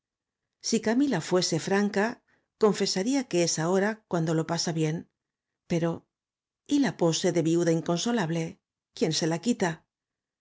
pendientes sicamila fuese franca confesaría que es ahora cuando lo pasa bien pero y la pose de viuda inconsolable quién se la quita